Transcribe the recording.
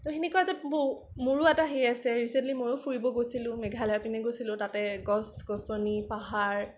ত' সেনেকুৱা মোৰো এটা হেৰি আছে ৰিচেন্টলি ময়ো ফুৰিব গৈছিলো মেঘালয়ৰ পিনে গৈছিলো তাতে গছ গছনি পাহাৰ